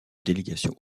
délégation